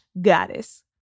goddess